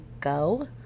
go